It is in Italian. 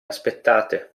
aspettate